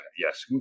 yes